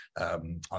on